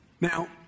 Now